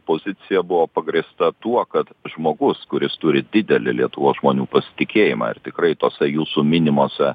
pozicija buvo pagrįsta tuo kad žmogus kuris turi didelį lietuvos žmonių pasitikėjimą ar tikrai tose jūsų minimose